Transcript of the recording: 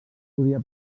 podia